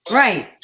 right